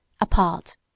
apart